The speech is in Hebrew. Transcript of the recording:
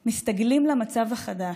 מסתגלים למצב החדש.